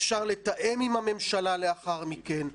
אפשר לתאם עם הממשלה לאחר מכן,